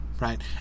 Right